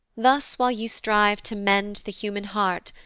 thus while you strive to mend the human heart,